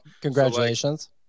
Congratulations